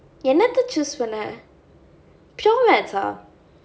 என்னத்த:ennatha choose பண்ணுனே:pannunae pure mathematics ah